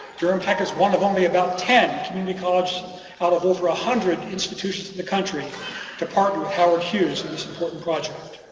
durham tech is one of only about ten community college out of over a hundred institutions in the country to partner with howard hughes in this important project.